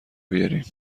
بیارین